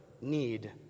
need